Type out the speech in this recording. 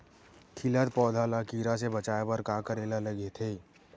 खिलत पौधा ल कीरा से बचाय बर का करेला लगथे?